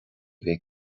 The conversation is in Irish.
bheidh